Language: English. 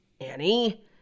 Annie